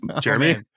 Jeremy